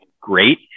great